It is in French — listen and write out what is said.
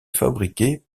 fabriquées